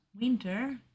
winter